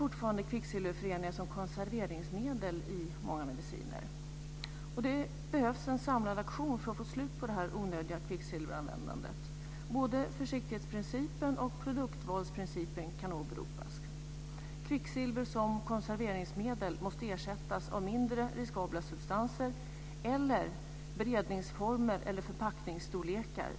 Folkpartiet ansåg när propositionen behandlades att s.k. informerat samtycke skulle erfordras. Det betyder att patienten blir informerad om registret och dess användning och därefter lämnar eventuellt samtycke.